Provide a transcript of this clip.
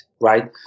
Right